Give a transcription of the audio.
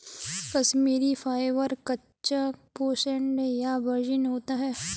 Kashmiri fibre, कच्चा, processed या virgin होता है